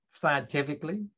scientifically